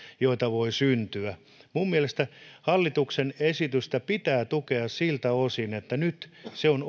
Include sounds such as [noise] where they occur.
joita voi syntyä minun mielestäni hallituksen esitystä pitää tukea siltä osin että nyt se on [unintelligible]